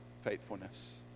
faithfulness